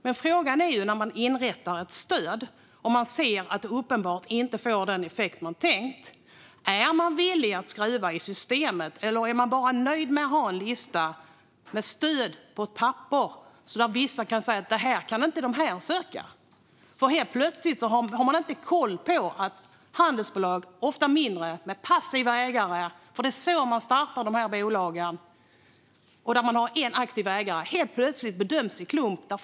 Men när man inrättar ett stöd och ser att det uppenbart inte får den effekt som man tänkt, är man då villig att skruva i systemet eller är man nöjd med att bara ha ett papper med en lista över stöd? Utifrån det kan någon säga att detta stöd kan den här gruppen inte söka. Helt plötsligt har man inte koll på att handelsbolag, ofta mindre, med passiva ägare och en aktiv ägare - det är så man startar dessa bolag - bedöms i klump.